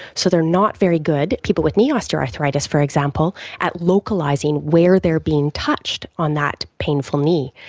so they are not very good, people with knee osteoarthritis for example, at localising where they are being touched on that painful knee,